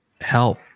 help